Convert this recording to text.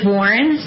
Warren